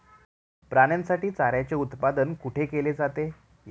प्राण्यांसाठी चाऱ्याचे उत्पादन कुठे केले जाते?